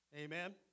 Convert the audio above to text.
Amen